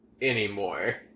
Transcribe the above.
anymore